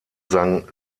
sang